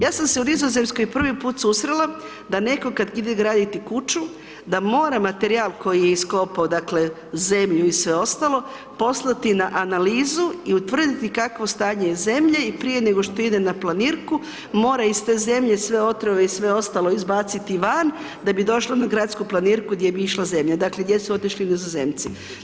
Ja sam se u Nizozemskoj prvi put susrela da netko kad ide graditi kuću da mora materijal koji je iskopao, dakle zemlju i sve i ostalo poslati na analizu i utvrditi kakvo stanje je zemlje i prije nego što ide na planirku, mora iz te zemlje sve otrove i sve ostalo izbaciti van da bi došlo na gradsku planirku gdje bi išla zemlja, dakle gdje su otišli nizozemci.